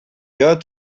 got